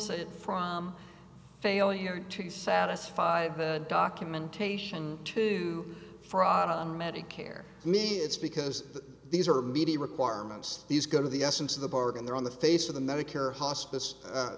it from failure to satisfy documentation to fraud on medicare me it's because these are meaty requirements these go to the essence of the bargain they're on the face of the medicare hospice